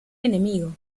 enemigo